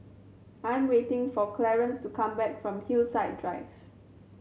I'm waiting for Clarnce to come back from Hillside Drive